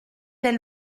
elle